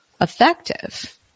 effective